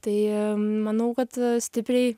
tai manau kad stipriai